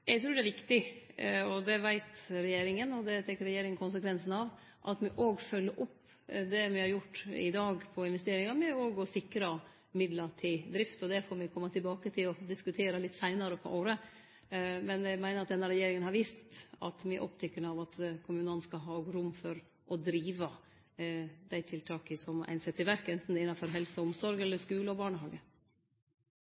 Eg trur det er viktig – det veit regjeringa, og det tek regjeringa konsekvensen av – at me òg følgjer opp det me har gjort i dag på investeringar, med å sikre midlar til drift. Det får me kome tilbake til og diskutere litt seinare på året. Men eg meiner at denne regjeringa har vist at me er opptekne av at kommunane skal ha rom for å drive dei tiltaka som ein set i verk, anten det er innanfor helse og omsorg